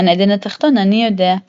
- גן-עדן התחתון אני יודע.